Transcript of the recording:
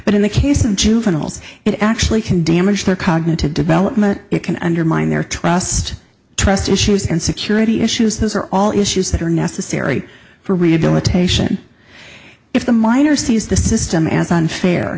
but in the case of juveniles it actually can damage their cognitive development it can undermine their trust trust issues and security issues those are all issues that are necessary for rehabilitation if the minor sees the system a